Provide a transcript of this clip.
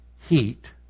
heat